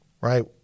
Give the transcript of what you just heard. right